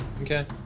Okay